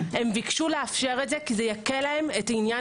הם ביקשו לאפשר את זה כי זה יקל להם את עניין